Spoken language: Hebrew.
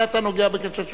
מתי אתה נוגע בכשל השוק?